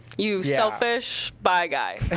you selfish bi guy.